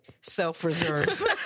Self-reserves